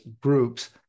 groups